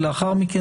לאחר מכן,